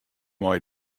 mei